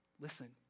Listen